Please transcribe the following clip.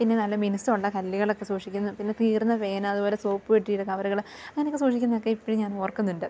പിന്നെ നല്ല മിനുസ്സമുള്ള കല്ലുകളൊക്കെ സൂക്ഷിക്കുന്നതും പിന്നെ തീർന്ന പേന അതു പോലെ സോപ്പ് പെട്ടിയുടെ കവറുകൾ അങ്ങനെയൊക്കെ സൂക്ഷിക്കുന്നതൊക്കെ ഇപ്പോഴും ഞാൻ ഓർക്കുന്നുണ്ട്